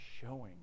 showing